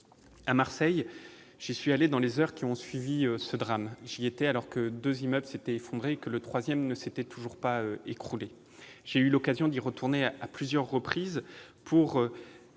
à Marseille dans les heures qui ont suivi ce drame. J'y étais alors que deux immeubles s'étaient effondrés et que le troisième ne s'était encore pas écroulé. J'ai eu l'occasion d'y retourner à plusieurs reprises pour